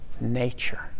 nature